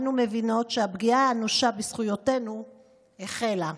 אנו מבינות שהפגיעה האנושה בזכויותינו החלה,